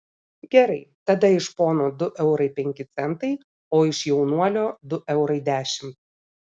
gerai tada iš pono du eurai penki centai o iš jaunuolio du eurai dešimt